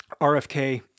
RFK